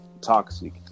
toxic